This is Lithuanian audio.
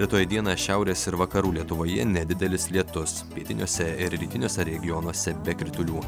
rytoj dieną šiaurės ir vakarų lietuvoje nedidelis lietus pietiniuose ir rytiniuose regionuose be kritulių